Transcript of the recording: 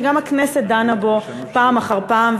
שגם הכנסת דנה בו פעם אחר פעם,